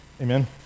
Amen